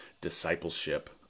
discipleship